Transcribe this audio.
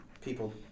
people